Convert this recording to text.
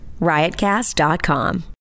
Riotcast.com